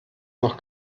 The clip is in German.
noch